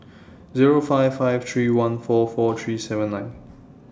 Zero five five three one four four three seven nine